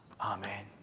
Amen